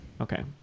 Okay